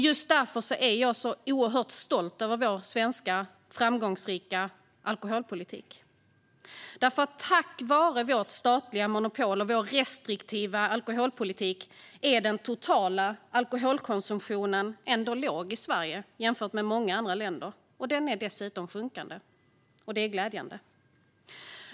Just därför är jag så oerhört stolt över vår svenska framgångsrika alkoholpolitik. Tack vare vårt statliga monopol och vår restriktiva alkoholpolitik är den totala alkoholkonsumtionen ändå låg i Sverige jämfört med många andra länder, och den är dessutom sjunkande. Det är glädjande.